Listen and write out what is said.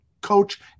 coach